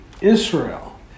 Israel